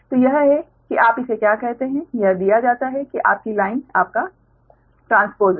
तो यह है कि आप इसे क्या कहते हैं यह दिया जाता है कि आपकी लाइन आपका ट्रांसपोस है